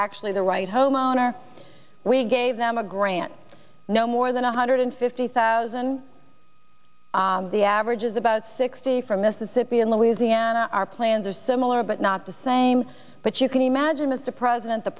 actually the right homeowner we gave them a grant no more than one hundred fifty thousand the average is about sixty for mississippi and louisiana our plans are similar but not the same but you can imagine mr president the